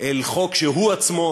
אל חוק שהוא עצמו,